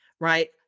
right